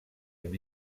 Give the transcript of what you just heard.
amb